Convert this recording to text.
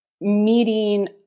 meeting